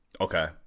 Okay